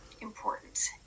important